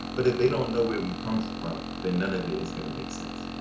but if they don't know where we've come from, then none of it is going to make sense.